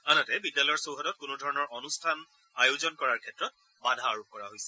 আনহাতে বিদ্যালয়ৰ চৌহদত কোনোধৰণৰ অনুষ্ঠান আয়োজন কৰাৰ ক্ষেত্ৰত বাধা আৰোপ কৰা হৈছে